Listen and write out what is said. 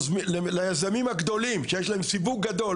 ליזמים הגדולים שיש להם סיווג גדול,